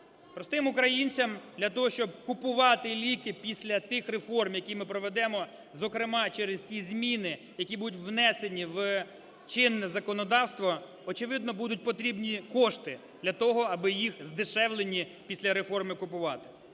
Простим українцям для того, щоб купувати ліки після тих реформ, які ми проведемо, зокрема через ті зміни, які будуть внесені в чинне законодавство, очевидно будуть потрібні кошти для того, аби їх здешевлені після реформи купувати.